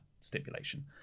stipulation